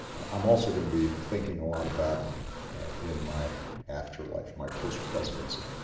i'm also going to be thinking a lot about in my afterlife, my post-presidency.